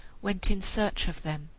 went in search of them.